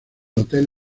hotel